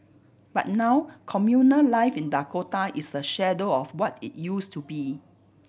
but now communal life in Dakota is a shadow of what it used to be